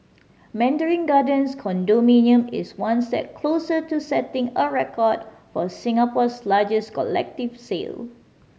Mandarin Gardens condominium is one step closer to setting a record for Singapore's largest collective sale